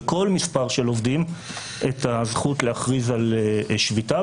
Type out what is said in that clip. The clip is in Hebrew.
בכל מספר של עובדים את הזכות להכריז על שביתה,